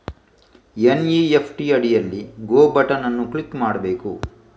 NEFT ಅಡಿಯಲ್ಲಿ go button ಅನ್ನು click ಮಾಡಬೇಕು